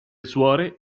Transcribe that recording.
suore